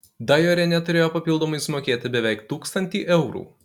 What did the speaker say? dajorienė turėjo papildomai sumokėti beveik tūkstantį eurų